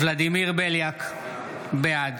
ולדימיר בליאק, בעד